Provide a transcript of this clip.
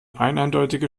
eineindeutige